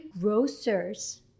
grocers